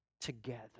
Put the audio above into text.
together